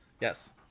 Yes